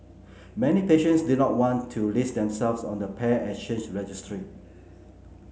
many patients did not want to list themselves on the paired exchange registry